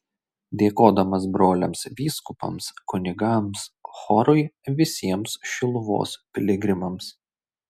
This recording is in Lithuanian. dėkodamas broliams vyskupams kunigams chorui visiems šiluvos piligrimams